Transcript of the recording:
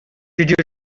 did